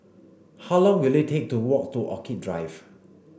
how long will it take to walk to Orchid Drive